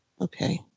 Okay